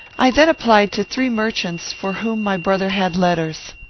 i then applied to three merchants for whom my brother had letters.